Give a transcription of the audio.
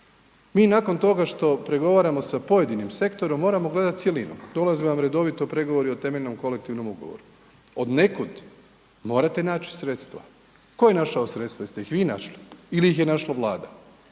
Mi nakon toga što pregovaramo sa pojedinim sektorom moramo gledati cjelinu. Dolaze vam redovito pregovori o temeljnom kolektivnom ugovoru. Odnekud morate naći sredstva. Tko je našao sredstva? Jeste li ih vi našli ili ih je našla Vlada?